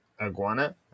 iguana